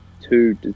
two